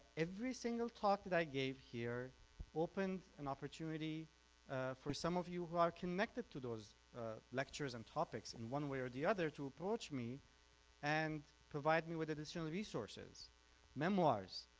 every single talk that i gave here opened an opportunity for some of you who are connected to those lectures and topics in one way or the other, to approach me and provide me with additional resources memoirs,